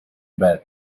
bed